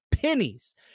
pennies